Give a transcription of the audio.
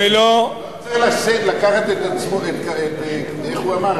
אני הרי לא, הוא לא צריך, איך הוא אמר?